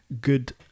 good